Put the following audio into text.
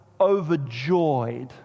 overjoyed